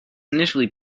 initially